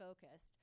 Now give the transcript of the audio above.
focused